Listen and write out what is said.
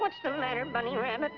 what's the matter bunny rabbit